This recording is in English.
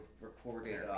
recorded